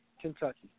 Kentucky